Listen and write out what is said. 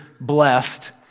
blessed